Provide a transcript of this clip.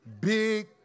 big